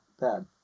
bad